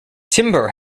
timber